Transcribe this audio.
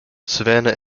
savannah